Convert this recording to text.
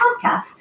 Podcast